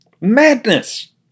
Madness